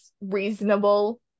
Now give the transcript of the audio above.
reasonable